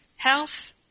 Health